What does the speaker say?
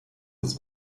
des